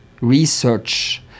research